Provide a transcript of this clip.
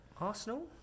Arsenal